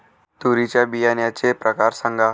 तूरीच्या बियाण्याचे प्रकार सांगा